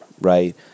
Right